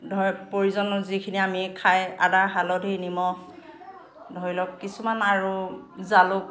ধৰ প্ৰয়োজনত যিখিনি আমি খাই আদা হালধি নিমখ ধৰি লওক কিছুমান আৰু জালুক